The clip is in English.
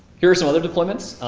here are some other deployments.